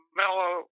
mellow